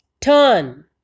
Turn